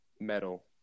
Metal